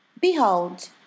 Behold